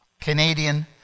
Canadian